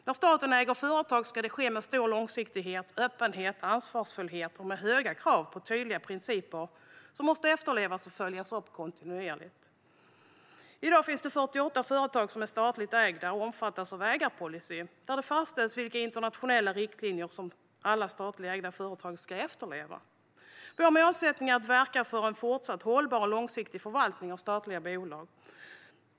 När staten äger företag ska det ske med stor långsiktighet, öppenhet och ansvar samt med höga krav på tydliga principer som måste efterlevas och följas upp kontinuerligt. I dag finns 48 statligt ägda företag som omfattas av ägarpolicyn där det fastställs vilka internationella riktlinjer som alla statligt ägda företag ska efterleva. Vårt mål är att verka för en fortsatt hållbar och långsiktig förvaltning av statliga bolag.